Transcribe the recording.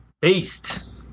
Beast